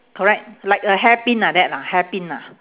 correct like a hairpin like that lah hairpin ah